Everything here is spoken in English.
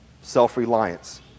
self-reliance